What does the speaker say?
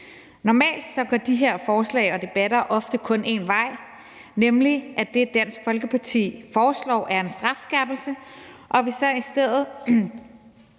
én vej med de her forslag og debatter, nemlig at det, Dansk Folkeparti foreslår, er en strafskærpelse, at vi så i